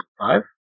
five